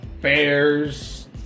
bears